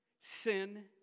sin